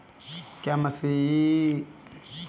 क्या किसान मशीनों द्वारा फसल में अच्छी पैदावार कर सकता है?